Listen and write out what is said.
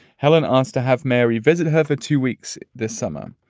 helen asked to have mary visit her for two weeks this summer.